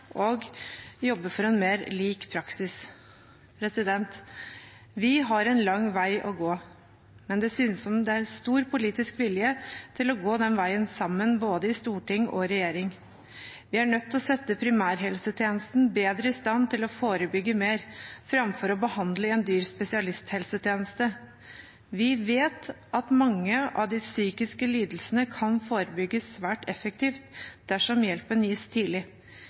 og jobbe for en mer lik praksis. Vi har en lang vei å gå, men det synes som om det er en stor politisk vilje til å gå den veien sammen, både i storting og i regjering. Vi er nødt til å sette primærhelsetjenesten bedre i stand til å forebygge mer framfor å behandle i en dyr spesialisthelsetjeneste. Vi vet at mange av de psykiske lidelsene kan forebygges svært effektivt dersom hjelpen gis tidlig.